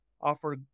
offer